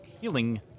healing